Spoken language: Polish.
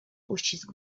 uścisk